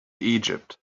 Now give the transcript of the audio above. egypt